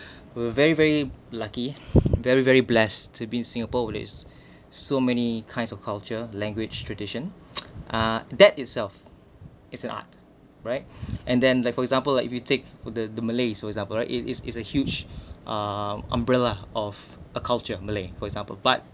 we're very very lucky very very blessed to be in singapore with its so many kinds of culture language tradition uh that itself is an art right and then like for example like if you take the the malays for example right it is is a huge um umbrella of a culture malay for example but